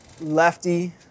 Lefty